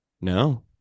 No